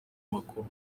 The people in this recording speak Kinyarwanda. makuru